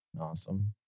Awesome